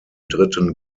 dritten